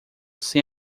sem